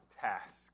task